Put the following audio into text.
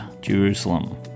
Jerusalem